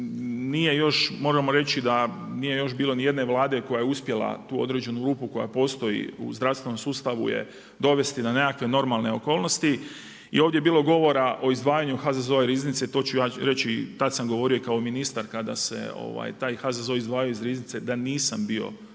itd. i moramo reći da nije bilo još nijedne vlade koja je uspjela tu određenu rupu koja postoji u zdravstvenom sustavu dovesti na nekakve normalne okolnosti. I ovdje je bilo govora o izdvajanju HZZO-a iz riznice, to ću ja reći tada sam govorio i kao ministar kada se taj HZZO izdvajao iz riznice da nisam bio suglasan